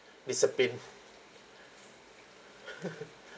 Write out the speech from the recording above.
discipline